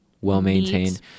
well-maintained